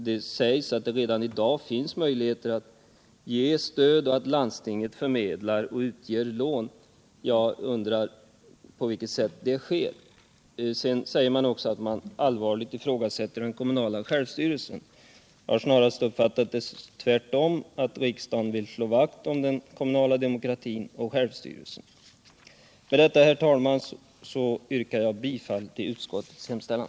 Det står att det redan i dag finns möjligheter att ge stöd och att landstinget förmedlar och lämnar lån. För min del undrar jag på vilket sätt det sker. Sedan säger man också att den kommunala självstyrelsen allvarligt ifrågasätts, men jag har snarast uppfattat saken så, att riksdagen vill slå vakt om den kommunala demokratin och självstyrelsen. Med det anförda ber jag, herr talman, att få yrka bifall till utskottets hemställan.